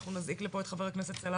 אנחנו נזעיק לפה את חבר הכנסת סלאלחה,